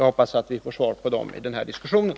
Jag hoppas att vi får svar på dem i den här diskussionen.